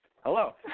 Hello